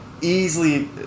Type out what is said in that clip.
easily